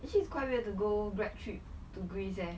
actually it's quite weird to go grad trip to greece eh